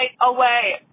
away